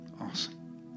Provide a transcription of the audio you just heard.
Awesome